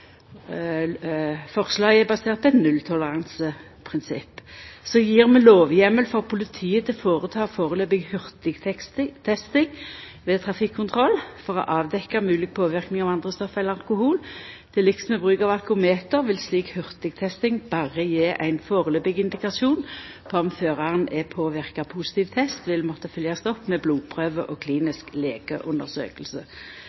Forslaget er basert på eit nulltoleranseprinsipp. Så gjev vi lovheimel for politiet til å føreta hurtigtesting ved trafikkontroll for å avdekkja mogleg påverknad av andre stoff enn alkohol. Til liks med bruk av alkometer vil slik hurtigtesting berre gje ein foreløpig indikasjon på om føraren er påverka. Positiv test vil måtte følgjast opp med blodprøve og